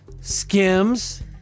skims